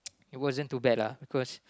it wasn't too bad lah because